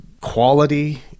quality